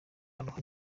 ruhande